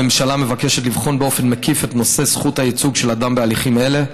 הממשלה מבקשת לבחון באופן מקיף את נושא זכות הייצוג של אדם בהליכים אלה,